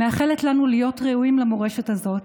מאחלת לנו להיות ראויים למורשת הזאת.